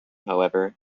however